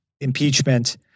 impeachment